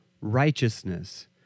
righteousness